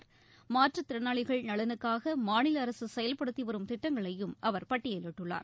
அவர் மாற்றுத்திறனாளிகள் நலனுக்காகமாநிலஅரசுசெயல்படுத்திவரும் திட்டங்களையும் அவர் பட்டியலிட்டுள்ளார்